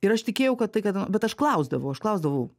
ir aš tikėjau kad tai kadano bet aš klausdavau aš klausdavau